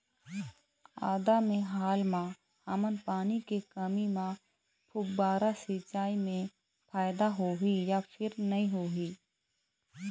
आदा मे हाल मा हमन पानी के कमी म फुब्बारा सिचाई मे फायदा होही या फिर नई होही?